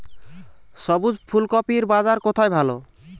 সবুজ ফুলকপির বাজার কোথায় ভালো?